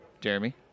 Jeremy